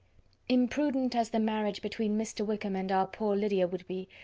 imprudent as the marriage between mr. wickham and our poor lydia would be,